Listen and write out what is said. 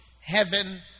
heaven